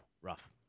Rough